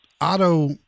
auto